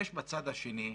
יש בצד השני,